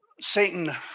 Satan